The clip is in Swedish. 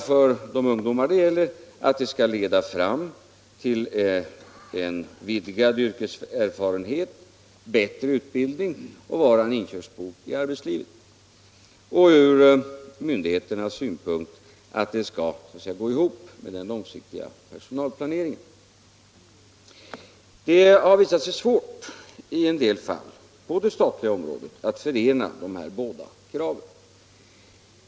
För de ungdomar det gäller skall en sådan praktik således leda fram till en vidgad yrkeserfarenhet och en bättre utbildning, och den skall bli en inkörsport till arbetslivet. Från myndigheternas synpunkt skall praktikantverksamheten gå ihop med den långsiktiga personalplaneringen. Det har visat sig vara svårt i en del fall på det statliga området att förena dessa båda krav.